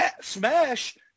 Smash